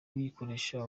uyikoresha